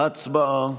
הצבעה.